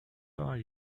are